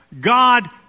God